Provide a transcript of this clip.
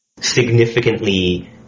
significantly